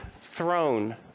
throne